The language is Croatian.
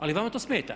Ali vama to smeta.